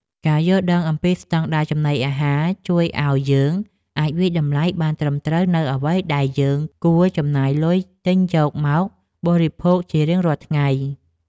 ការយល់ដឹងអំពីស្តង់ដារចំណីអាហារនឹងជួយឲ្យយើងអាចវាយតម្លៃបានត្រឹមត្រូវនូវអ្វីដែលយើងគួរចំណាយលុយទិញយក មកបរិភោគជារៀងរាល់ថ្ងៃ។